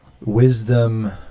wisdom